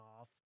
off